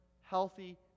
healthy